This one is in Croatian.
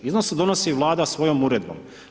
Iznose donosi vlada svojom uredbom.